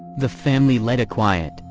the family led a quiet,